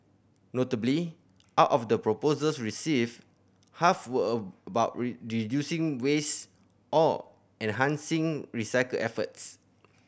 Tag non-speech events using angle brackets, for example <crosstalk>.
notably out of the proposals received half were a about <unintelligible> reducing waste or enhancing recycle efforts